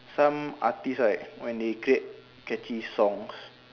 some artist right when they create catchy songs